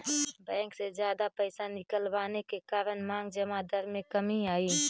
bank से जादा पैसे निकलवाने के कारण मांग जमा दर में कमी आई